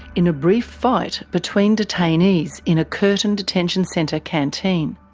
in a brief fight between detainees in a curtin detention centre canteen.